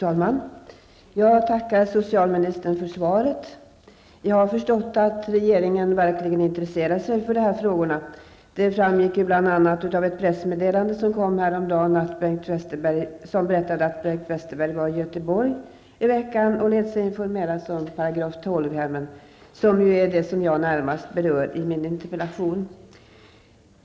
Fru talman! Jag tackar socialministern för svaret. Jag har förstått att regeringen verkligen intresserar sig för de här frågorna. Det framgick ju bl.a. av ett meddelande som kom häromdagen, som berättade att Bengt Westerberg var i Göteborg i veckan och lät sig informeras om § 12-hemmen, som är det jag närmast berör i min interpellation.